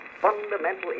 fundamental